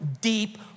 deep